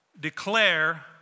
declare